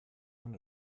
one